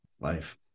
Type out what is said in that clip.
Life